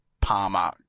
Palmer